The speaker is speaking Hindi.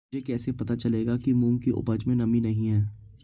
मुझे कैसे पता चलेगा कि मूंग की उपज में नमी नहीं है?